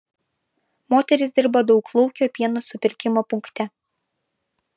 moteris dirba dauglaukio pieno supirkimo punkte